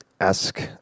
ask